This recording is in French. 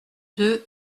deux